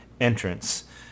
entrance